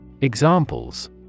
Examples